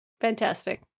Fantastic